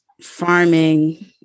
farming